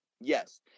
Yes